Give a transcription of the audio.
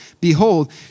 Behold